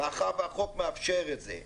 מאחר והחוק מאפשר את זה,